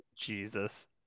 Jesus